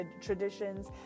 traditions